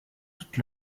toute